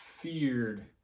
feared